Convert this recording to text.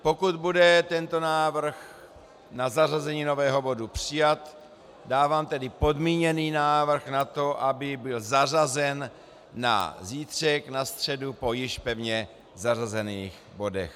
Pokud bude tento návrh na zařazení nového bodu přijat, dávám tedy podmíněný návrh na to, aby byl zařazen na zítřek, na středu po již pevně zařazených bodech.